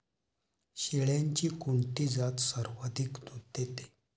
शेळ्यांची कोणती जात सर्वाधिक दूध देते?